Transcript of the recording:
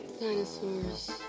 Dinosaurs